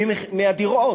מרוכשי הדירות,